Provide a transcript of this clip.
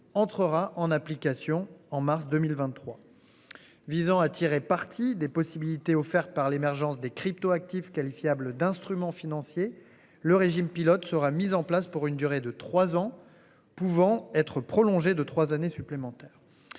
entrera en application en mars 2023. Visant à tirer parti des possibilités offertes par l'émergence des cryptoactifs qualifiables d'instruments financiers. Le régime pilote sera mise en place pour une durée de 3 ans pouvant être prolongé de 3 années supplémentaires.